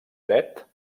dret